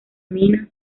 minas